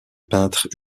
peintres